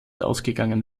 ausgegangen